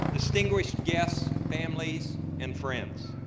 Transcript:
distinguished guests, families, and friends,